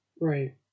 Right